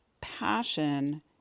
passion